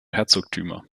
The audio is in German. herzogtümer